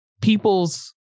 people's